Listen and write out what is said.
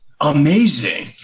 amazing